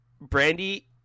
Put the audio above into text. Brandy